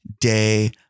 day